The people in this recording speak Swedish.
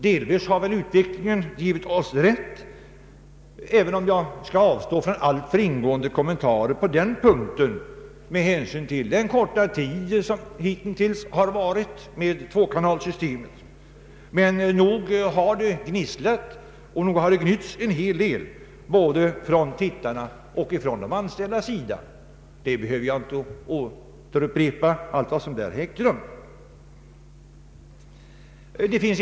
Delvis har väl utvecklingen givit oss rätt, även om jag skall avstå från alltför ingående kommentarer på den punkten med hänsyn till att tvåkanalsystemet hittills har fungerat under så kort tid. Men nog har det gnisslat, och nog har det gnytts en hel del både från tittarna och från de anställda. Jag behöver inte här relatera allt vad som därvidlag ägt rum.